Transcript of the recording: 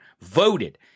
voted